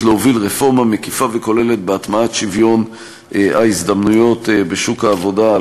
להוביל רפורמה מקיפה וכוללת בהטמעת שוויון ההזדמנויות בשוק העבודה,